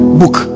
book